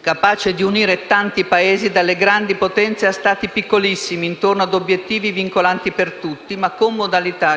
capace di unire tanti Paesi - dalle grandi potenze, a Stati piccolissimi - intorno a obiettivi vincolanti per tutti, ma - giustamente - con modalità